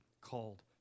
called